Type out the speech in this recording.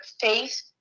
faith